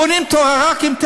בונים תורה רק עם,